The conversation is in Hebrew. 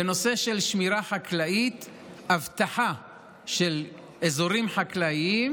בנושא של שמירה חקלאית ואבטחה של אזורים חקלאיים,